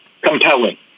compelling